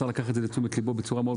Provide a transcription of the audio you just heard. השר לקח את זה לתשומת לבו בצורה מאוד